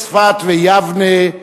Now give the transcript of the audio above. צפת ויבנה,